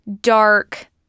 dark